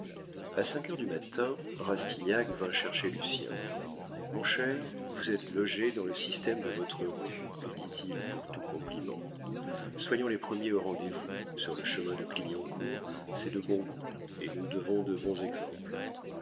a cinq heures du matin rastignac vint chercher lucien mon cher vous êtes logé dans le système de votre rue lui dit-il pour tout compliment soyons les premiers au rendez-vous sur le chemin de clignancourt c'est le bon goût et nous devons de bons exemples